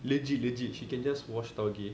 legit legit she can just wash taugeh